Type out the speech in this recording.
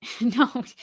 No